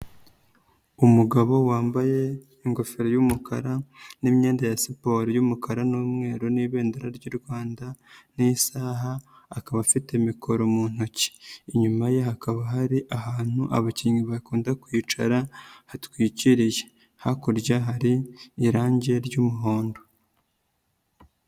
Umugabo wambaye ingofero y'umukara n'imyenda ya siporo y'umukara n'umweru n'Ibendera ry'u Rwanda n'isaha, akaba afite mikoro mu ntoki, inyuma ye hakaba hari ahantu abakinnyi bakunda kwicara hatwikiriye, hakurya hari irangi ry'umuhondo.